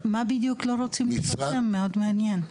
לא רוצים לבדוק שם, זה פשוט מאוד מעניין.